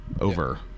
over